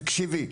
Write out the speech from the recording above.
תקשיבי,